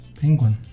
Penguin